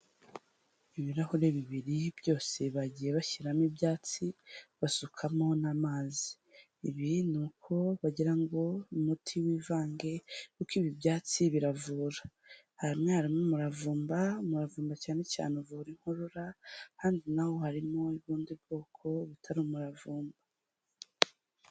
Ibirahuri bibiri byose bagiye bashyiramo ibyatsi, basukamo n'amazi. Ibi ni uko bagira ngo umuti wivange kuko ibi byatsi biravura. Hamwe harimo umuravumba, umuravumba cyane cyane uvura inkorora ahandi naho harimo ubundi bwoko butari umuravumba.